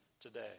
today